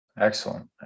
Excellent